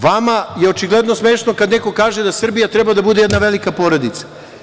Vama je, očigledno smešno kada neko kažem da Srbija treba da bude jedna velika porodica.